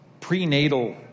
prenatal